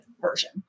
version